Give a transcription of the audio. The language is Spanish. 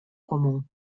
común